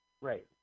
Right